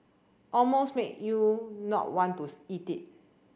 almost make you not want to eat it